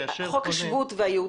כאשר הוא פונה --- לא,